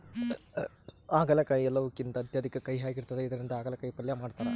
ಆಗಲಕಾಯಿ ಎಲ್ಲವುಕಿಂತ ಅತ್ಯಧಿಕ ಕಹಿಯಾಗಿರ್ತದ ಇದರಿಂದ ಅಗಲಕಾಯಿ ಪಲ್ಯ ಮಾಡತಾರ